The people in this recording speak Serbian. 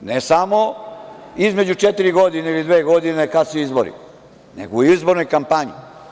ne samo između četiri godine, ili dve godine, kad su izbori, nego u izbornoj kampanji.